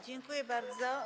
Dziękuję bardzo.